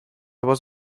was